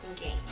game